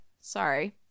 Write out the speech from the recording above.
Sorry